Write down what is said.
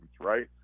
Right